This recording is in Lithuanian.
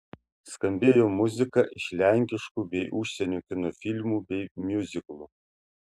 skambėjo muzika iš lenkiškų bei užsienio kino filmų bei miuziklų